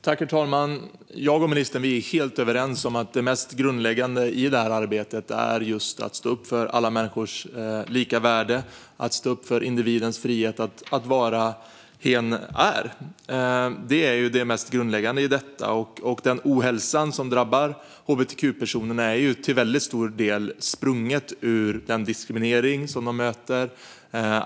Herr talman! Jag och ministern är helt överens om att det mest grundläggande i det här arbetet är att stå upp för alla människors lika värde och individens frihet att vara den hen är. Det är det mest grundläggande i detta. Den ohälsa som drabbar hbtq-personer är till stor del sprungen ur den diskriminering som de möter.